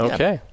Okay